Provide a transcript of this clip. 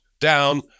down